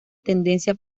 tendencia